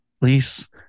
please